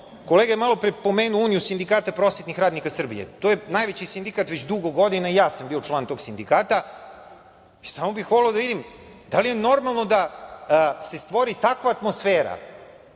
kolega je malo pre pomenuo Uniju sindikata prosvetnih radnika Srbije, to je najveći sindikat već dugi niz godina i ja sam bio član tog sindikata i samo bih voleo da vidim da li je normalno da se stvori takva atmosfera